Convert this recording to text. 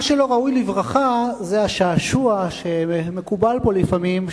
מה שלא ראוי לברכה זה השעשוע שמקובל פה לפעמים,